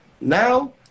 Now